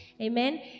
Amen